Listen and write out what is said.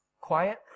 quiet